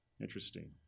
Interesting